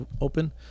open